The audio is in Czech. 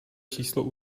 číslo